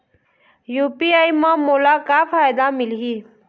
UPI म मोला का फायदा मिलही?